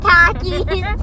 Takis